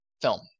film